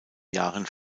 jahren